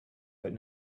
but